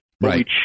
Right